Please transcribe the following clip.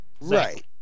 Right